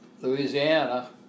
Louisiana